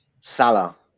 Salah